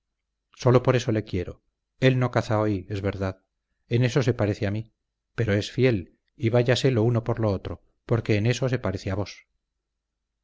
sólo por eso le quiero él no caza hoy es verdad en eso se parece a mí pero es fiel y váyase lo uno por lo otro porque en eso se parece a vos